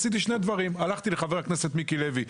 עשיתי שני דברים: הלכתי לחבר הכנסת מיקי לוי,